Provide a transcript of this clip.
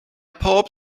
pob